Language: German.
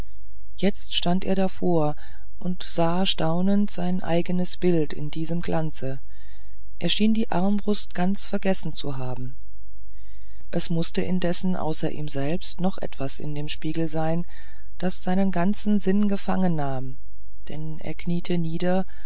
jetzt stand er davor und besah staunend sein eigenes bild in diesem glanze er schien die armbrust ganz vergessen zu haben es mußte indessen außer ihm selbst noch etwas in dem spiegel sein das seinen ganzen sinn gefangennahm denn er kniete nieder